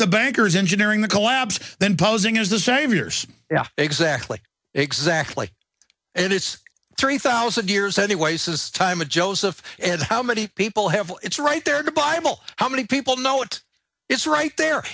the bankers engineering the collapse then posing as the saviors yeah exactly exactly and it's three thousand years anyway says time of joseph and how many people have it's right there the bible how many people know it it's right there